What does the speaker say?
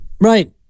Right